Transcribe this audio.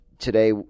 Today